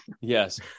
yes